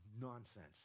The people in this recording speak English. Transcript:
nonsense